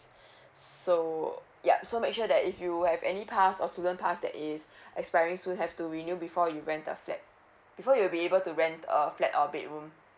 so yup so make sure that if you have any pass or student pass that is expiring soon have to renew before you rent a flat before you'll be able to rent a flat or a bedroom